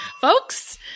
Folks